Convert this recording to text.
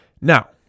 Now